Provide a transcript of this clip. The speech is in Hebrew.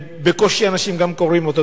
ובקושי אנשים גם קוראים אותו.